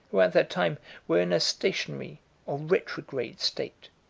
who at that time were in a stationary or retrograde state.